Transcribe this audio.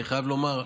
אני חייב לומר,